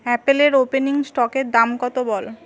অ্যাপেলের ওপেনিং স্টকের দাম কত বলো